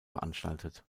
veranstaltet